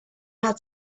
had